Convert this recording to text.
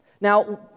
Now